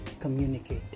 communicate